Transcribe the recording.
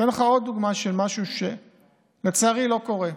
אני אתן לך עוד דוגמה של משהו שלצערי לא קורה: